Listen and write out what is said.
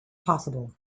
possible